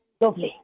Lovely